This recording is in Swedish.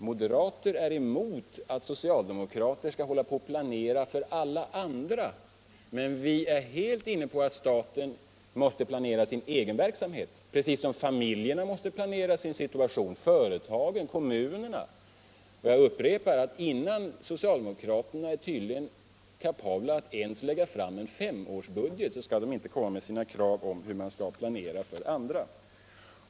Moderater är emot att socialdemokrater skall hålla på och planera för alla andra, men vi är helt inne på att staten måste planera sin egen verksamhet precis som familjerna, företagen och kommunerna måste göra. Jag upprepar att innan socialdemokraterna är kapabla att ens lägga fram en femårsbudget skall de inte komma med några krav på att få planera för andra.